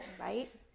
right